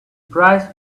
price